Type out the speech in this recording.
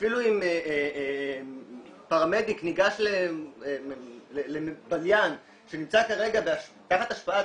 ואפילו אם פרמדיק ניגש לבליין שנמצא כרגע תחת השפעת